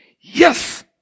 Yes